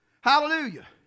Hallelujah